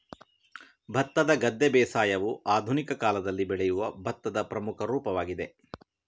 ಭತ್ತದ ಗದ್ದೆ ಬೇಸಾಯವು ಆಧುನಿಕ ಕಾಲದಲ್ಲಿ ಬೆಳೆಯುವ ಭತ್ತದ ಪ್ರಮುಖ ರೂಪವಾಗಿದೆ